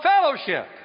fellowship